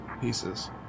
pieces